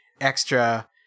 extra